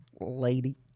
Lady